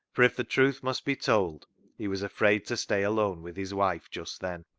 for if the truth must be told he was afraid to stay alone with his wife just then.